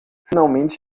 finalmente